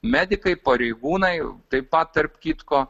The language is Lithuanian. medikai pareigūnai taip pat tarp kitko